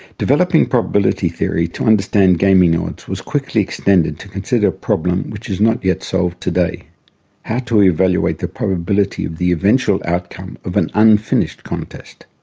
developing probability theory to understand gaming odds was quickly extended to consider a problem which is not yet solved today how to evaluate the probability of the eventual outcome of an unfinished contest.